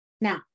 Now